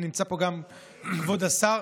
נמצא פה גם כבוד השר.